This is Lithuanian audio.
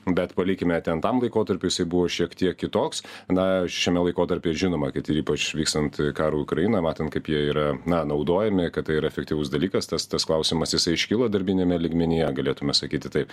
bet palikime ten tam laikotarpiui jisai buvo šiek tiek kitoks na šiame laikotarpyje žinoma kad ypač vykstant karui ukrainoj matant kaip jie yra na naudojami kad tai yra efektyvus dalykas tas tas klausimas jisai iškilo darbiniame lygmenyje galėtume sakyti taip